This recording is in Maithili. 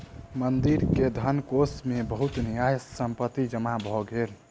मंदिर के धनकोष मे बहुत न्यास संपत्ति जमा भ गेल